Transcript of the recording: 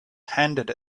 handed